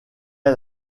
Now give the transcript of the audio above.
est